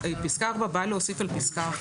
פסקה (4) באה להוסיף על פסקה (1).